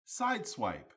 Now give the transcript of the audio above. Sideswipe